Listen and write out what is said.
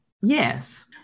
Yes